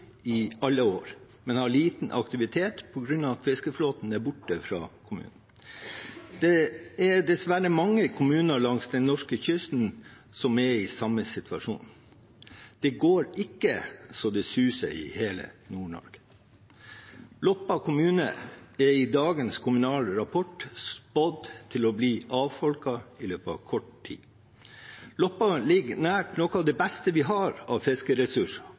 i alle år, men har liten aktivitet på grunn av at fiskeflåten er borte. Det er dessverre mange kommuner langs den norske kysten som er i samme situasjon. Det går ikke så det suser i hele Nord-Norge. Loppa kommune er i dagens Kommunal Rapport spådd å bli avfolket i løpet av kort tid. Loppa ligger nær noe av det beste vi har av fiskeressurser,